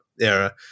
era